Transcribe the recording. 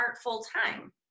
full-time